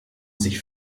sich